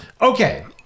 Okay